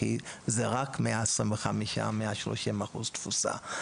כי זה רק 125-130 אחוז תפוסה.